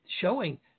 showing